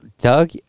Doug